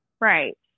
Right